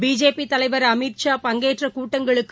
BJP தலைவர் அமித்ஷா பங்கேற்ற கூட்டங்களுக்கு